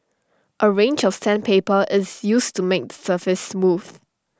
A range of sandpaper is used to make the surface smooth